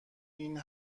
این